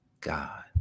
God